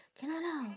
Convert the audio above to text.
cannot lah